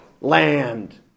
Land